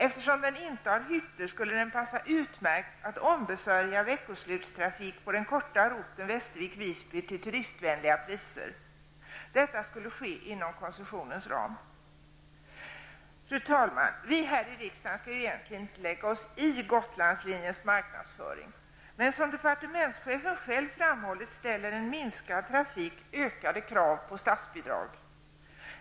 Eftersom den inte har hytter skulle den passa utmärkt för att ombesörja veckoslutstrafik på den korta rutten Västervik-- Visby till turistvänliga priser. Detta skulle ske inom koncessionens ram. Fru talman! Vi här i riksdagen skall egentligen inte lägga oss i Gotlandslinjens marknadsföring, men som departementschefen själv framhållit ställer en minskad trafik ökade krav på statsbidrag.